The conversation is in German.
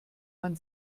man